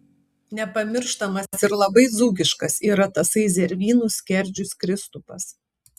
nepamirštamas ir labai dzūkiškas yra tasai zervynų skerdžius kristupas